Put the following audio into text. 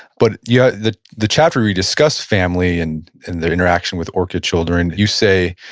but yet the the chapter where you discuss family and and the interaction with orchid children, you say,